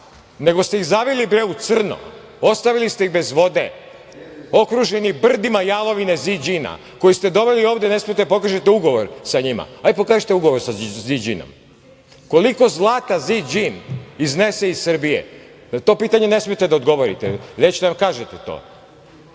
nego ste ih zaveli u crno, ostavili ste ih bez vode, okruženi brdima jalovine Ziđina koji ste doveli i ovde ne smete da pokažete ugovor sa njima. Hajde pokažite ugovor sa Ziđinom? Koliko zlata Ziđin iznese iz Srbije? Na to pitanje ne smete da odgovorite, nećete da nam kažete